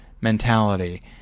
mentality